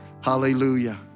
Hallelujah